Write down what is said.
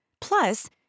Plus